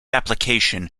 application